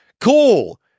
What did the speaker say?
Cool